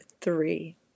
three